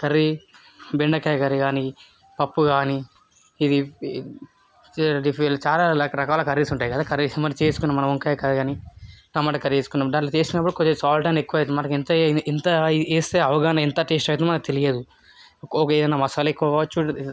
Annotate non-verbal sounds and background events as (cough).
curry బెండకాయ curry కాని పప్పు కాని ఇది (unintelligible) చాలా రకరకాల కర్రీస్ ఉంటాయి కదా కర్రీస్ మన చేసుకున్న మన వంకాయ కర్రీ కాని టమాటా కర్రీ చేసుకున్నాం దాంట్లో చేసుకున్నప్పుడు కొద్దిగా సాల్ట్ అనేది ఎక్కువైది అనమాట ఇంతే ఇంత వేస్తే అవగాహన ఎంత టేస్ట్ అయితుంది మనకి తెలియదు ఒక ఏదన్న మసాలా ఎక్కువ కావచ్చు